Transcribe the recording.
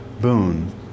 boon